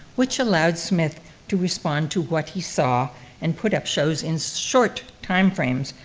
which allowed smith to respond to what he saw and put up shows in short time frames,